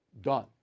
done